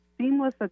Seamless